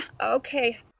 Okay